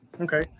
okay